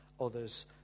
others